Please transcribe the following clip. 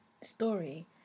story